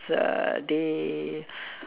uh day